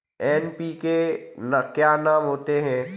NPK क्या होता है?